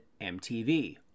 MTV